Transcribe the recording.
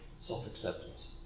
self-acceptance